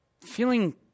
feeling